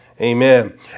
Amen